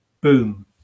boom